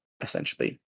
essentially